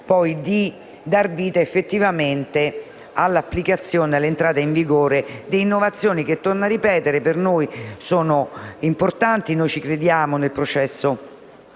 di dar vita all'applicazione e all'entrata in vigore di innovazioni che - torno a ripeterlo - per noi sono importanti, perché crediamo nel processo